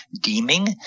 deeming